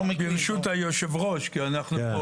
ווליד, נו באמת.